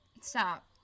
stop